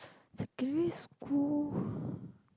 secondary school